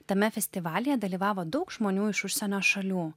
tame festivalyje dalyvavo daug žmonių iš užsienio šalių